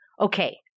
okay